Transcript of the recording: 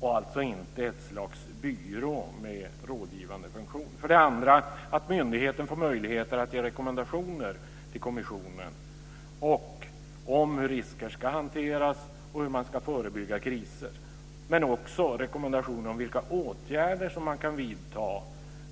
Det blir alltså inte ett slags byrå med rådgivande funktion. Det andra var att myndigheten får möjligheter att ge rekommendationer till kommissionen, om hur risker ska hanteras och om hur man ska förebygga kriser. Men det kan också vara rekommendationer om vilka åtgärder man kan vidta